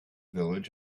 village